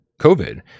COVID